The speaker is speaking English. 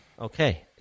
Okay